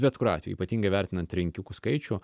bet kuriuo atveju ypatingai vertinant rinkikų skaičių